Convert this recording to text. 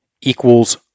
equals